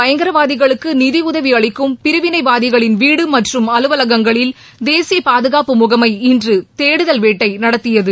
பயங்கரவாதிகளுக்கு நிதியுதவி அளிக்கும் பிரிவினைவாதிகளின் வீடு காஷ்மீரில் மற்றும் அலுவலகங்களில் தேசிய பாதுகாப்பு முகமை இன்று தேடுதல் வேட்டை நடத்தியது